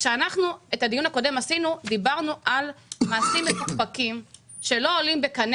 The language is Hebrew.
כשעשינו את הדיון הקודם דיברנו על מעשים מפוקפקים שלא עולים בקנה